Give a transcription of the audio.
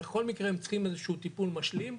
בכל מקרה הם צריכים איזה שהוא טיפול משלים,